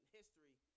history